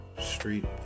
Street